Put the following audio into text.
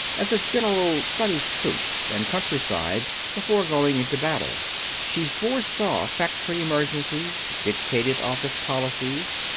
as a general studies troops and countryside before going into battle she foresaw factory emergencies, dictated office policies,